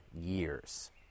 years